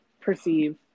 perceive